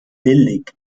billig